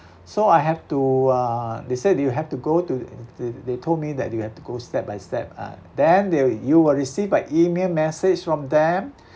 so I have to uh they said you have to go to th~ th~ they told me that you have to go step by step ah then they you will receive an email message from them